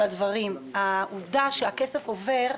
העובדה שהכסף עובר,